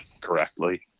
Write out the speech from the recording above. correctly